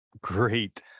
great